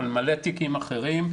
אבל גם תיקים אחרים,